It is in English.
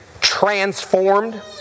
transformed